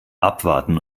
abwarten